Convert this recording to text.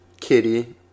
Kitty